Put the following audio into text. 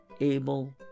able